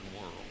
world